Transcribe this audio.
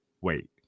wait